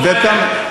אתה טועה.